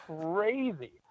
crazy